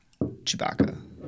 Chewbacca